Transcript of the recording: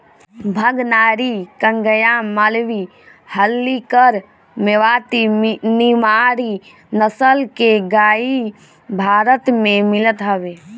भगनारी, कंगायम, मालवी, हल्लीकर, मेवाती, निमाड़ी नसल के गाई भारत में मिलत हवे